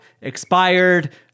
expired